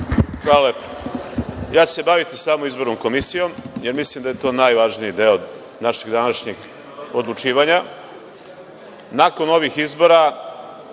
Hvala. Ja ću se baviti samo izbornom komisijom, jer mislim da je to najvažniji deo našeg današnjeg odlučivanja. Nakon ovih izbora